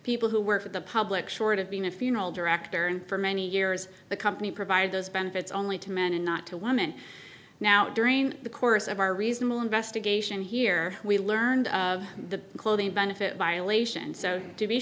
people who work for the public short of being a funeral director and for many years the company provided those benefits only to men and not to women now during the course of our reasonable investigation here we learned the clothing benefit violation so to be